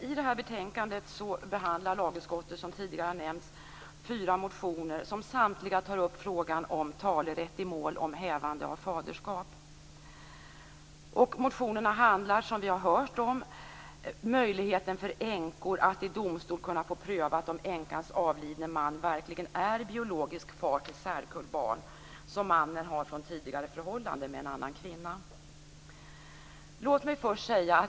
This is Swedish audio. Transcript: I betänkandet behandlar lagutskottet - som tidigare nämnts - fyra motioner som samtliga tar upp frågan om talerätt i mål om hävande av faderskap. Motionerna handlar om möjligheten för änkor att i domstol kunna få prövat om änkans avlidne man verkligen är biologisk far till särkullbarn som mannen har från tidigare förhållande med en annan kvinna.